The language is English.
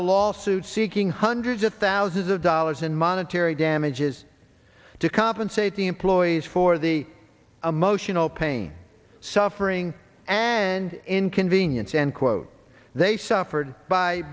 a lawsuit seeking hundreds of thousands of dollars in monetary damages to compensate the employees for the emotional pain suffering and inconvenience and quote they suffered by